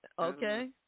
Okay